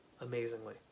amazingly